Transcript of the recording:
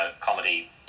comedy